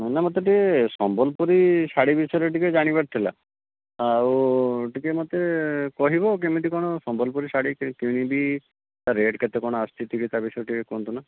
ନନା ମୋତେ ଟିକେ ସମ୍ବଲପୁରୀ ଶାଢୀ ବିଷୟରେ ଟିକେ ଜାଣିବାର ଥିଲା ଆଉ ଟିକେ ମୋତେ କହିବ କେମିତି କ'ଣ ସମ୍ବଲପୁରୀ ଶାଢୀ କିଣିବି ରେଟ୍ କେତେ କ'ଣ ଆସୁଛି ତା ବିଷୟରେ ଟିକେ କୁହନ୍ତୁନା